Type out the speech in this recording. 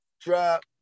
drop